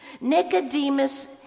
Nicodemus